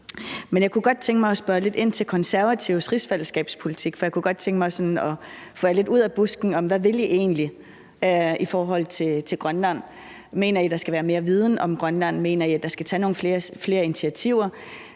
jeg kunne godt tænke mig at spørge lidt ind til Konservatives rigsfællesskabspolitik, for jeg kunne godt tænke mig sådan at få jer lidt ud af busken, i forhold til hvad I egentlig vil, hvad angår Grønland. Mener I, at der skal være mere viden om Grønland? Mener I, at der skal tages nogle flere initiativer?